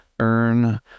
Earn